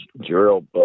Gerald